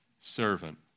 servant